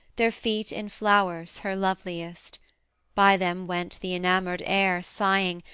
their feet in flowers, her loveliest by them went the enamoured air sighing,